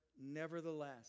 nevertheless